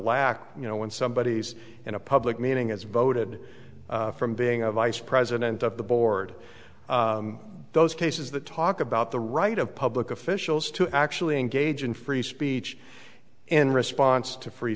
lack you know when somebody is in a public meeting as voted from being a vice president of the board those cases that talk about the right of public officials to actually engage in free speech in response to free